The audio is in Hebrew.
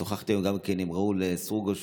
שוחחתי היום גם עם ראול סרוגו,